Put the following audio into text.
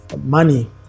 money